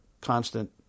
constant